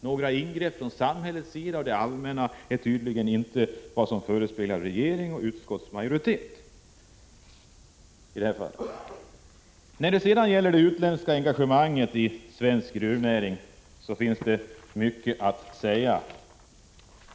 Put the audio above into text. Några ingrepp från det allmänna förespeglar inte regeringen och utskottsmajoriteten. När det gäller det utländska engagemanget i svensk gruvnäring finns mycket av vikt att säga.